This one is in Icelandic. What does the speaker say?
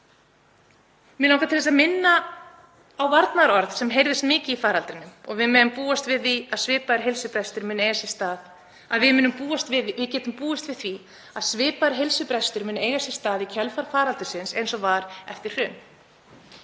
Mig langar til að minna á varnaðarorð sem heyrðust oft í faraldrinum: Við getum búist við því að svipaður heilsubrestur muni eiga sér stað í kjölfar faraldursins og var eftir hrun.